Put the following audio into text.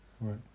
Right